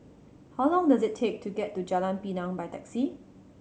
how long does it take to get to Jalan Pinang by taxi